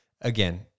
again